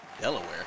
Delaware